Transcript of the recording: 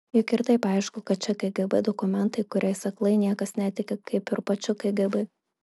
juk ir taip aišku kad čia kgb dokumentai kuriais aklai niekas netiki kaip ir pačiu kgb